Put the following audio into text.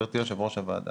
גברתי יושבת ראש הוועדה,